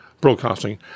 broadcasting